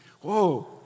Whoa